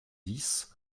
dix